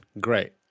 great